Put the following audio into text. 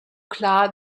klar